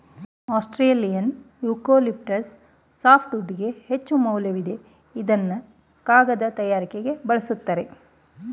Australian eucalyptus ಸಾಫ್ಟ್ವುಡ್ಗೆ ಹೆಚ್ಚುಮೌಲ್ಯವಿದೆ ಇದ್ನ ಕಾಗದ ತಯಾರಿಕೆಗೆ ಬಲುಸ್ತರೆ